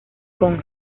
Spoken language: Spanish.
con